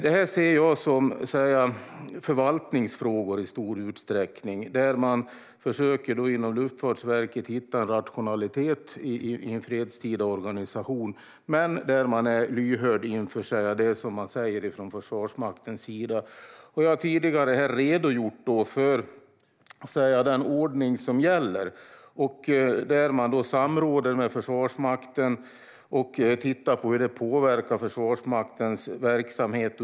Dessa frågor ser jag i stor utsträckning som förvaltningsfrågor där man inom Luftfartsverket försöker att hitta en rationalitet i en fredstida organisation men där man är lyhörd inför det som sägs från Försvarsmaktens sida. Jag har tidigare redogjort för den ordning som gäller, där man samråder med Försvarsmakten och tittar på hur det påverkar Försvarsmaktens verksamhet.